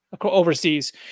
overseas